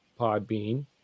Podbean